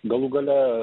galų gale